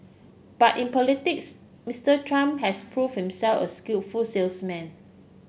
but in politics Mister Trump has prove himself a skillful salesman